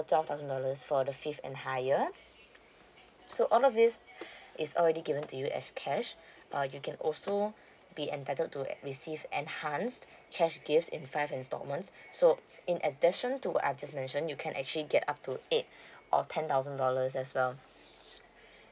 twelve thousand dollars for the fifth and higher so all of these is already given to you as cash uh you can also be entitled to uh receive enhanced cash gifts in five instalments so in addition to I've just mention you can actually get up to eight or ten thousand dollars as well